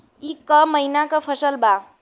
ई क महिना क फसल बा?